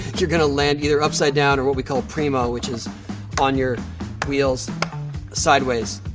you're gonna land either upside down or what we call primo, which is on your wheels sideways,